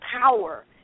power